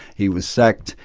he was sacked,